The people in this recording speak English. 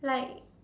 like